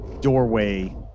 doorway